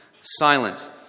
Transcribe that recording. silent